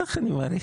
כך אני מעריך.